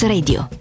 Radio